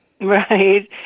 Right